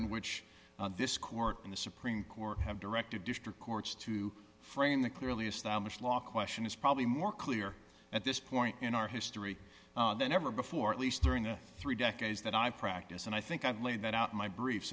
in which this court in the supreme court have directed district courts to frame the clearly established law question is probably more clear at this point in our history than ever before at least during the three decades that i practice and i think i've laid that out my brief